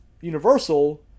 Universal